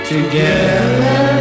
Together